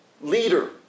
leader